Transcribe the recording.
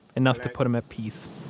enough to put him at peace